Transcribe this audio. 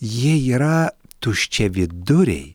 jie yra tuščiaviduriai